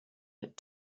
but